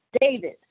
David